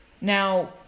Now